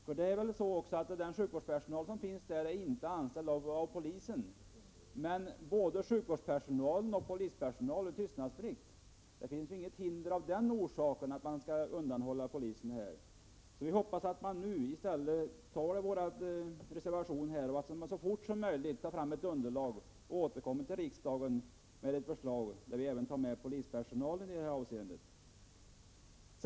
Den sjukvårdspersonal som finns där är väl inte anställd av polisen, men både sjukvårdspersonalen och polispersonalen har tystnadsplikt. Det finns därför inte något hinder av den orsaken att man skall undanhålla polisen något. Vi hoppas därför att vår reservation blir bifallen och att regeringen så fort som möjligt tar fram ett underlag och återkommer till riksdagen med ett förslag som innebär att även polispersonalen tas med i detta avseende.